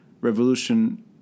revolution